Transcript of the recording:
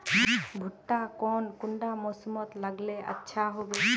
भुट्टा कौन कुंडा मोसमोत लगले अच्छा होबे?